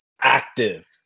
active